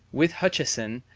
with hutcheson,